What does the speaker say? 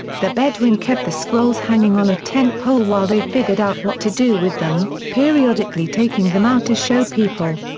the bedouin kept the scrolls hanging on a tent pole while they figured out what to do with them, periodically taking them out to show people.